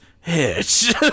Hitch